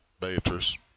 Beatrice